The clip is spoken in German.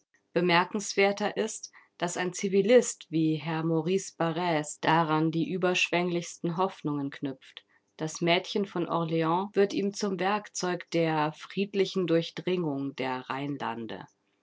bemerkenswerter ist daß ein zivilist wie herr maurice barrs daran die überschwänglichsten hoffnungen knüpft das mädchen von orleans wird ihm zum werkzeug der friedlichen durchdringung der rheinlande